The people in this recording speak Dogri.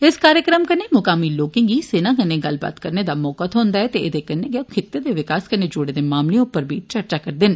इस कार्यक्रम कन्ने मुकामी लोकें गी सेना कन्ने गल्लबात करने दा मौका थ्होन्दा ऐ ते एदे कन्ने गै ओ खित्ते दे विकास कन्ने जूडे दे मामले उप्पर बी चर्चा करदे न